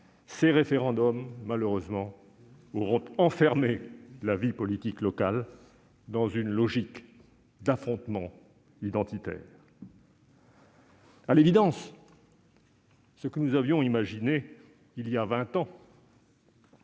Ces référendums auront malheureusement enfermé la vie politique locale dans une logique d'affrontements identitaires. À l'évidence, ce que nous avions imaginé il y a vingt